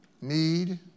need